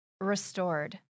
restored